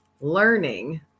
learning